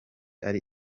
ari